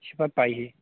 یہِ چھِ پَتہٕ پَیی